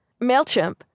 MailChimp